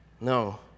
No